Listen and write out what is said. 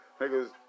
niggas